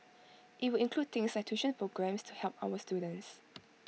IT will include things like tuition programmes to help our students